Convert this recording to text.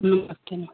नमस्ते न